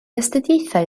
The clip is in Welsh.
astudiaethau